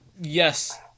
yes